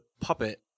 puppet